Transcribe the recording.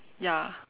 ya